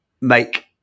make